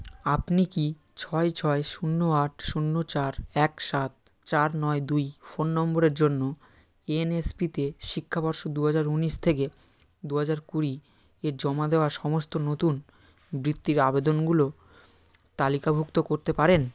আপনি কি ছয় ছয় শূন্য আট শূন্য চার এক সাত চার নয় দুই ফোন নম্বরের জন্য এন এস পি তে শিক্ষাবর্ষ দু হাজার উনিশ থেকে দু হাজার কুড়ি এ জমা দেওয়া সমস্ত নতুন বৃত্তির আবেদনগুলো তালিকাভুক্ত করতে পারেন